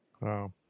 Wow